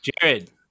Jared